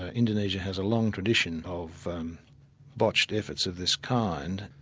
ah indonesia has a long tradition of botched efforts of this kind.